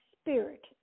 spirit